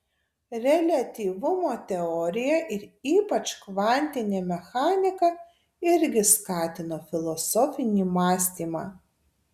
reliatyvumo teorija ir ypač kvantinė mechanika irgi skatino filosofinį mąstymą